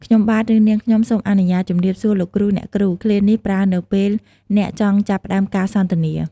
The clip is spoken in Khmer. ខ្ញុំបាទ ឬ នាងខ្ញុំសូមអនុញ្ញាតជម្រាបសួរលោកគ្រូ អ្នកគ្រូ!" ឃ្លានេះប្រើនៅពេលអ្នកចង់ចាប់ផ្ដើមការសន្ទនា។